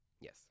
Yes